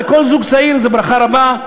לכל זוג צעיר זו ברכה רבה.